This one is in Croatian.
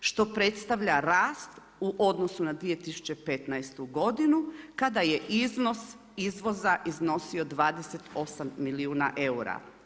Što predstavlja rast u odnosu na 2015. godinu kada je iznos izvoza iznosio 28 milijuna eura.